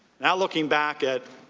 now looking back at